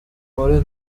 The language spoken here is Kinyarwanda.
muri